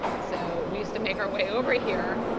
so we used to make our way over here,